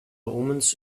omens